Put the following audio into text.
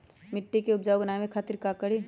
मिट्टी के उपजाऊ बनावे खातिर का करी?